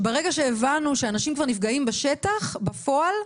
ברגע שהבנו שאנשים כבר נפגעים בשטח בפועל.